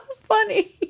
funny